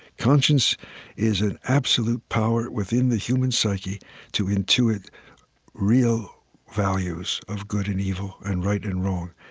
conscience is an absolute power within the human psyche to intuit real values of good and evil and right and wrong.